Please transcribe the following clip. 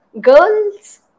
Girls